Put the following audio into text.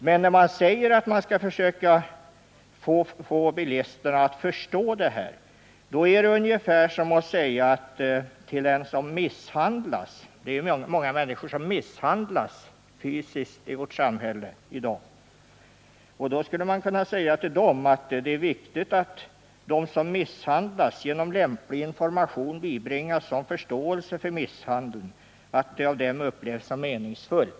När utskottet säger att man skall försöka få bilisterna att förstå hastighetsbegränsningarna är det ungefär som att säga till en som misshandlas — det är många människor som misshandlas fysiskt i vårt samhälle i dag — att det är viktigt att de som misshandlas genom lämplig information bibringas sådan förståelse för misshandeln att den av dem upplevs som meningsfull.